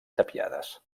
tapiades